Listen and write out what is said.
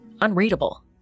unreadable